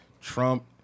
Trump